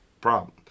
problem